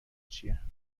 چیه